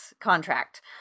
contract